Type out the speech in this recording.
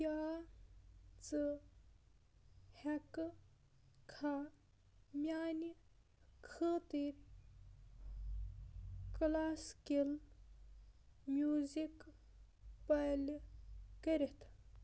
کیٛاہ ژٕ ہٮ۪کہٕ کھاہ میٛانہِ خٲطِر کٕلاسکِل میوٗزِک پَلہِ کٔرِتھ